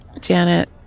Janet